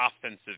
offensive